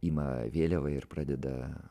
ima vėliavą ir pradeda